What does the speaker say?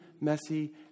messy